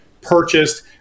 purchased